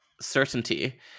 certainty